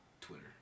Twitter